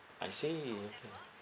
I see